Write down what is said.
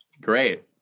Great